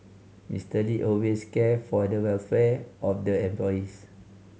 Mister Lee always cared for the welfare of the employees